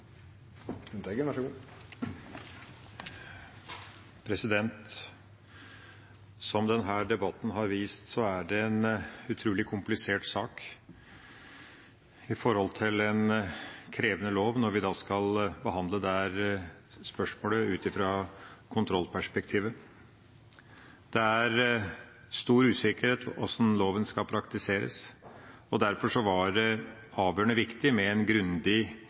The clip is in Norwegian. komplisert sak i forhold til en krevende lov når vi skal behandle dette spørsmålet ut fra kontrollperspektivet. Det er stor usikkerhet om hvordan loven skal praktiseres, og derfor var det avgjørende viktig med en grundig